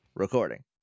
Recording